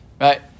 right